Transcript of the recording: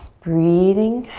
breathing